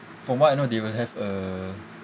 from what I know they will have a